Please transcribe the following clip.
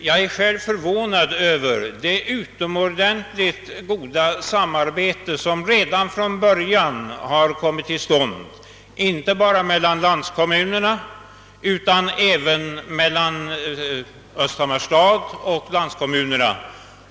Jag är själv förvånad över det utomordentligt goda samarbete som redan från början kommit till stånd inte bara mellan landskommunerna utan även mellan Öösthammars stad och landskommunerna.